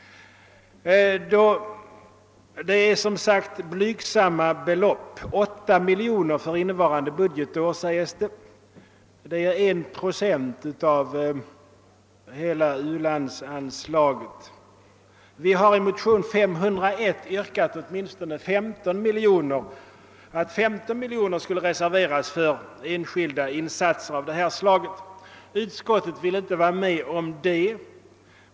Det är som sagt här fråga om ett blygsamt belopp 8 miljoner för innevarande budgetår, och det är 1 procent av hela u-landsanslaget. Vi har i motion II:501 yrkat att åtminstone 15 miljoner skulle reserveras för enskilda insatser av det här slaget. Utskottet vill inte vara med om det.